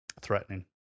threatening